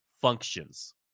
functions